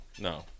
No